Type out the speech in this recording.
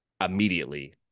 immediately